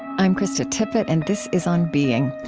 i'm krista tippett, and this is on being.